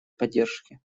поддержки